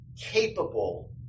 capable